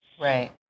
Right